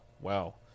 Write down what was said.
Wow